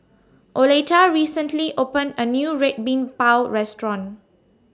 Oleta recently opened A New Red Bean Bao Restaurant